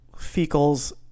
fecals